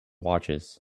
watches